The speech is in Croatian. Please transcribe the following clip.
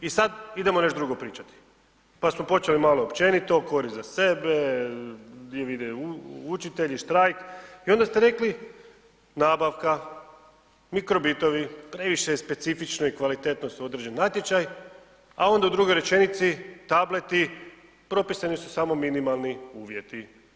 I sad idemo nešto drugo pričati, pa smo počeli malo općenito, korist za sebe, di vide učitelji štrajk i onda ste rekli nabavka, mikrobitovi previše je specifično i kvalitetno su odrađeni natječaji, a onda u drugoj rečenici, tableti propisani su samo minimalni uvjeti.